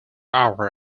hour